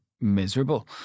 miserable